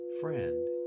friend